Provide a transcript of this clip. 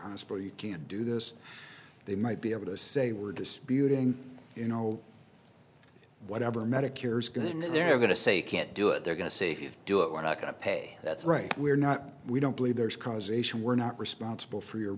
hospital you can't do this they might be able to say we're disputing you know whatever medicare is going in they're going to say you can't do it they're going to say if you do it we're not going to pay that's right we're not we don't believe there is causation we're not responsible for your